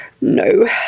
No